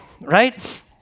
right